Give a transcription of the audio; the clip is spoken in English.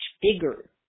bigger